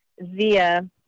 via